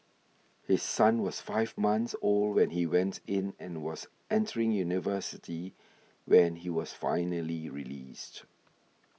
his son was five months old when he went in and was entering university when he was finally released